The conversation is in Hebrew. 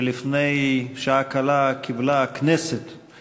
שלפני שעה קלה קיבלה הכנסת את